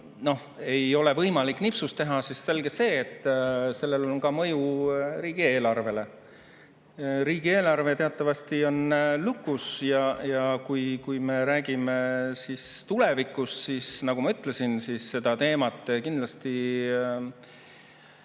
ei ole võimalik nipsust teha? Sest on selge, et sellel on mõju ka riigieelarvele. Riigieelarve teatavasti on lukus. Ja kui me räägime tulevikust, siis, nagu ma ütlesin, seda teemat kindlasti